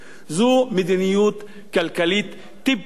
זו מדיניות כלכלית טיפשית.